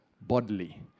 bodily